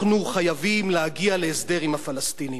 אנחנו חייבים להגיע להסדר עם הפלסטינים.